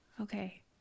okay